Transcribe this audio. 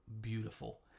beautiful